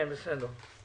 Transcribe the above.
בסדר.